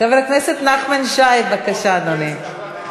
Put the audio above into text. חבר הכנסת נחמן שי, בבקשה, אדוני.